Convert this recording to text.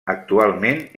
actualment